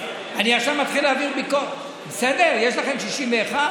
אני עכשיו מתחיל להעביר ביקורת, בסדר, יש לכם 61?